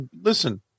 listen